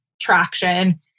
traction